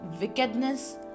wickedness